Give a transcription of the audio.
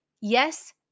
yes